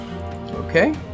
Okay